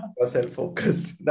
Self-focused